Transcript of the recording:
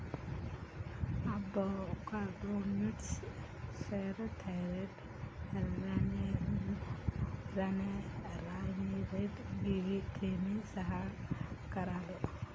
అబ్బో carbamates, pyrethroids, ryanoids గీవి క్రిమి సంహారకాలు